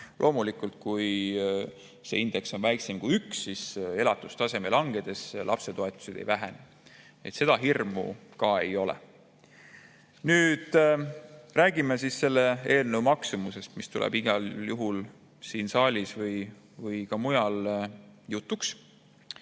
Loomulikult, kui see indeks on väiksem kui 1, siis elatustaseme langedes lapsetoetused ei vähene. Nii et seda hirmu ka ei ole. Nüüd räägime selle eelnõu maksumusest, mis tuleb igal juhul siin saalis või ka mujal jutuks.